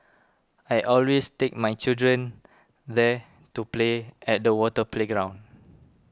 I always take my children there to play at the water playground